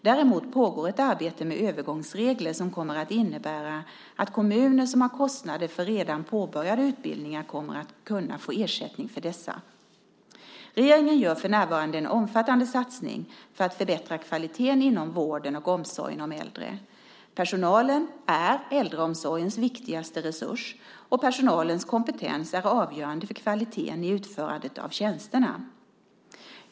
Däremot pågår ett arbete med övergångsregler som kommer att innebära att kommuner som har kostnader för redan påbörjade utbildningar kommer att kunna få ersättning för dessa. Regeringen gör för närvarande en omfattande satsning för att förbättra kvaliteten inom vården och omsorgen om äldre. Personalen är äldreomsorgens viktigaste resurs, och personalens kompetens är avgörande för kvaliteten i utförandet av tjänsterna.